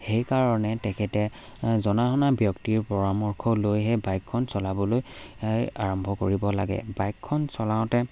সেইকাৰণে তেখেতে জনা শুনা ব্যক্তিৰ পৰামৰ্শ লৈহে বাইকখন চলাবলৈ আৰম্ভ কৰিব লাগে বাইকখন চলাওঁতে